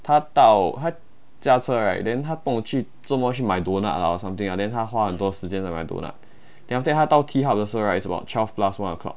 他到他驾车 right then 他不懂去做么去买 donut or something lah then 他花很多时间在买 donut then after that 他到 T hub 的时候 right is about twelve plus one o'clock